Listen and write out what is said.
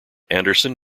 anderson